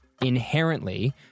inherently